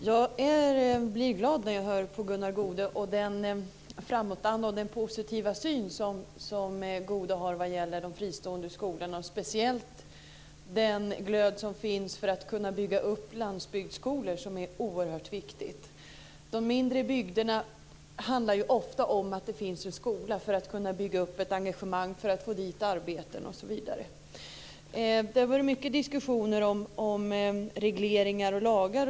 Herr talman! Jag blir glad när jag hör på Gunnar Goude och den framåtanda och positiva syn som han har när det gäller de fristående skolorna. Jag blir speciellt glad över den glöd som finns för att man ska kunna bygga upp landsbygdsskolor. I glesbygderna måste det finnas en skola för att man ska kunna få dit arbeten osv. Det har varit mycket diskussioner om regleringar och lagar.